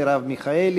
מרב מיכאלי,